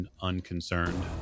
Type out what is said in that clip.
unconcerned